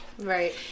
Right